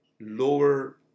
lower